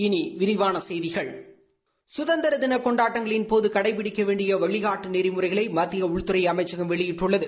இனி விரிவான செய்திகள் சுதந்திரதின கொண்டாட்டங்களின்போது கடைபிடிக்க வேண்டிய வழிகாட்டு நெறிமுறைகளை மத்திய உள்துறை அமைச்சகம் வெளியிட்டுள்ளது